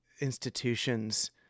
institutions